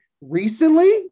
recently